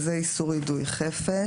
אם כן, זהו איסור יידוי חפץ.